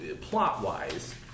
plot-wise